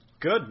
Good